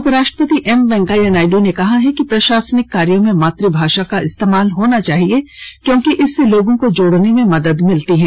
उपराष्ट्रपति एम वेंकैया नायड ने कहा है कि प्रशासनिक कार्यो में मात भाषा का इस्तेमाल होना चाहिए क्योंकि इससे लोगों को जोड़ने में मद्द मिलती है